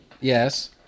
yes